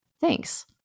Thanks